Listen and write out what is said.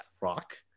rock